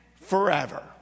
forever